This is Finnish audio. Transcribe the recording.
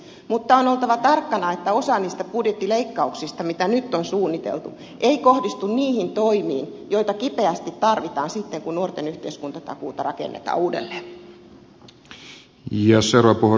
mutta on oltava tarkkana että osa niistä budjettileikkauksista joita nyt on suunniteltu ei kohdistu niihin toimiin joita kipeästi tarvitaan sitten kun nuorten yhteiskuntatakuuta rakennetaan uudelleen